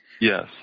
Yes